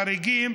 החריגים,